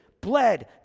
bled